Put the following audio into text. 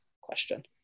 question